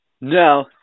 No